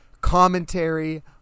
commentary